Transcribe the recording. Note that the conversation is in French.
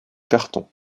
carton